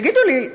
תגידו לי,